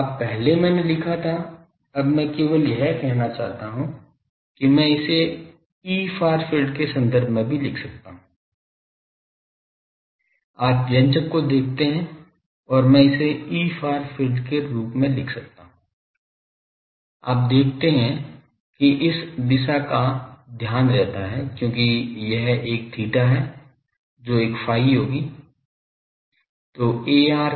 अब पहले मैंने लिखा था अब मैं केवल यह कहना चाहता हूं कि मैं इसे Efar field के संदर्भ में भी लिख सकता हूं आप व्यंजक को देखते हैं और मैं इसे Efar field के रूप में लिख सकता हूं आप देखते हैं कि इस दिशा का ध्यान रखता है क्योंकि यह एक theta है जो एक phi होगी